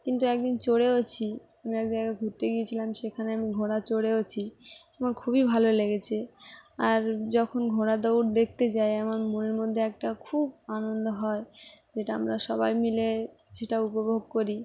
কিন্তু একদিন চড়েওছি আমি এক জায়গায় ঘুরতে গিয়েছিলাম সেখানে আমি ঘোড়া চড়েওছি আমার খুবই ভালো লেগেছে আর যখন ঘোড়া দৌড় দেখতে যাই আমার মনের মধ্যে একটা খুব আনন্দ হয় যেটা আমরা সবাই মিলে সেটা উপভোগ করি